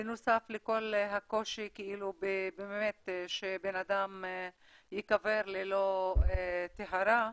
בנוסף לכל הקושי, שבן אדם ייקבר ללא טהרה,